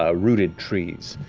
ah rooted trees.